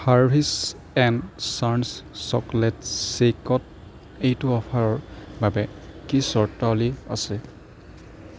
Harvey's and chance chocolate শ্বেকত এইটো অ'ফাৰৰ বাবে কি চৰ্তাৱলী আছে